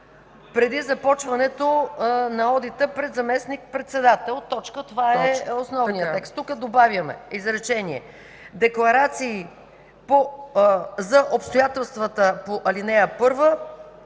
преди започването на одита пред заместник-председател.”. Това е основният текст. Тук добавяме изречение: „Декларации за обстоятелствата по ал. 1